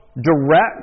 direct